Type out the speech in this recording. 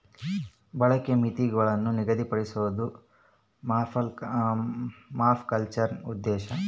ಬಳಕೆಗೆ ಮಿತಿಗುಳ್ನ ನಿಗದಿಪಡ್ಸೋದು ಪರ್ಮಾಕಲ್ಚರ್ನ ಉದ್ದೇಶ